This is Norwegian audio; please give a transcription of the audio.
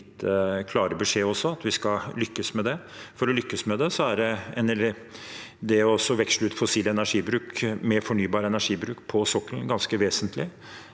Det er min klare beskjed også at vi skal lykkes med det. For å lykkes med det er det å veksle ut fossil energibruk med fornybar energibruk på sokkelen ganske vesentlig.